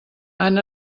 han